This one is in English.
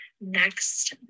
next